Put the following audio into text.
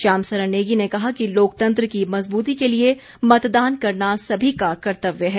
श्याम सरन नेगी ने कहा कि लोकतंत्र की मजबूती के लिए मतदान करना सभी का कर्तव्य है